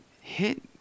hit